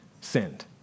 sinned